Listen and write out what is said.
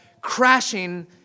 crashing